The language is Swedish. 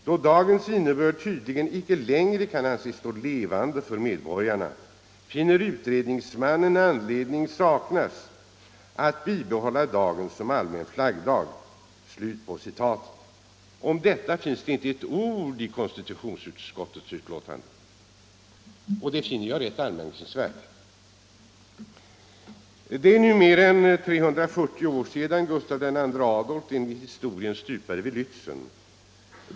Då dagens innebörd tydligen inte längre kan anses stå levande för medborgarna, finner utredningsmannen anledning saknas att bibehålla dagen som allmän flaggdag.” Detta omnämns inte med ett ord i konstitutionsutskottets betänkande, och det finner jag rätt anmärkningsvärt. Det är nu mer än 340 år sedan Gustav II Adolf enligt historien stupade vid Lätzen.